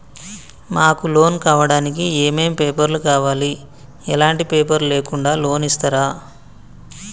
మాకు లోన్ కావడానికి ఏమేం పేపర్లు కావాలి ఎలాంటి పేపర్లు లేకుండా లోన్ ఇస్తరా?